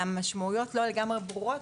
והמשמעויות לא לגמרי ברורות.